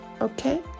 Okay